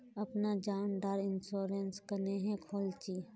अपना जान डार इंश्योरेंस क्नेहे खोल छी?